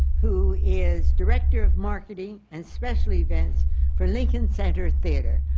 who is director of marketing and special events for lincoln center theatre.